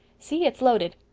see, it's loaded.